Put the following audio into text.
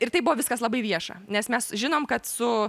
ir tai buvo viskas labai vieša nes mes žinom kad su